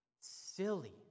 silly